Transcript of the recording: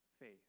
faith